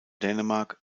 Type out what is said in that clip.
dänemark